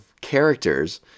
characters